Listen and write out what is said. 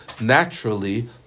naturally